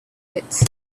pits